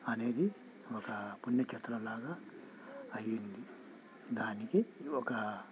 అనేది ఒక పుణ్యక్షేత్రంలాగా అయ్యింది దానికి ఒక